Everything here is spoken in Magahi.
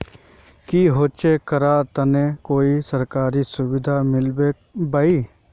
की होचे करार तने कोई सरकारी सुविधा मिलबे बाई?